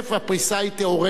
הפריסה היא תיאורטית.